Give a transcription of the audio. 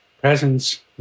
presence